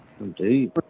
Indeed